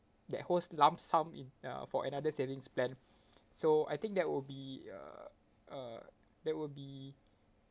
that holds lump sum in uh for another savings plan so I think that would be uh uh that would be